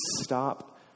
stop